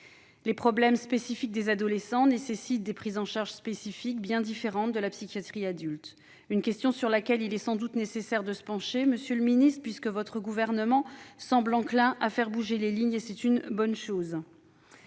Les problématiques spécifiques des adolescents nécessitent des prises en charge spécifiques, bien différentes de la psychiatrie pour adultes. Voilà une question sur laquelle il est sans doute nécessaire de se pencher, monsieur le secrétaire d'État, puisque le Gouvernement semble enclin à faire bouger les lignes. La marche